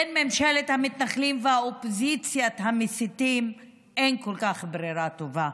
בין ממשלת המתנחלים לאופוזיציית המסיתים אין כל כך ברירה טובה.